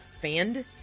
Fanned